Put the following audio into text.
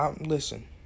listen